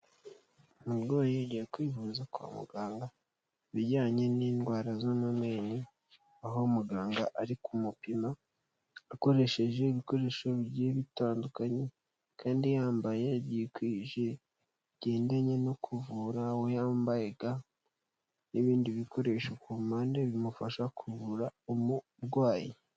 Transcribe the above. Umurwayi yagiye kwivuza kwa muganga ibijyanye n'indwara zo mu menyo, aho muganga ari kumupima akoresheje ibikoresho bigiye bitandukanye, kandi yambaye yikwije bigendanye no kuvura aho yambaye ga n'ibindi bikoresho kumpande bimufasha kuvura umurwayi.